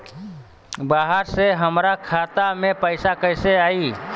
बाहर से हमरा खाता में पैसा कैसे आई?